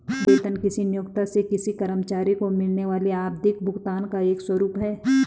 वेतन किसी नियोक्ता से किसी कर्मचारी को मिलने वाले आवधिक भुगतान का एक स्वरूप है